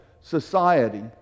society